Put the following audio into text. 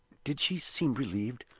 did she seem relieved?